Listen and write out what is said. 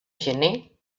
gener